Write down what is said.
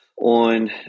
on